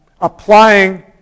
applying